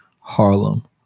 Harlem